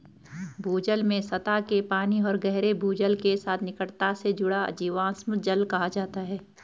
भूजल में सतह के पानी और गहरे भूजल के साथ निकटता से जुड़ा जीवाश्म जल कहा जाता है